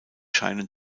scheinen